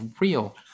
real